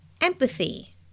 empathy